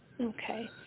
Okay